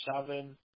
seven